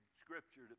scripture